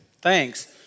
Thanks